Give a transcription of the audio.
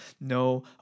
no